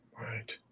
Right